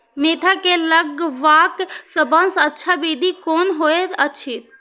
Mentha के लगवाक सबसँ अच्छा विधि कोन होयत अछि?